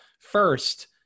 first